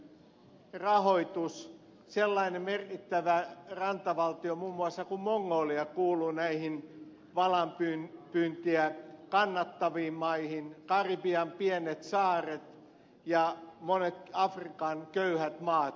muun muassa sellainen merkittävä rantavaltio kuin mongolia kuuluu näihin valaanpyyntiä kannattaviin maihin karibian pienet saaret ja monet afrikan köyhät maat